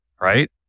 right